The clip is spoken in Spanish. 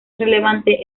relevante